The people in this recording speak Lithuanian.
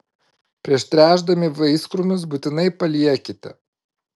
prieš tręšdami vaiskrūmius būtinai paliekite